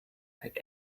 had